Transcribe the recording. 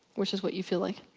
which is what you feel like.